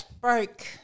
broke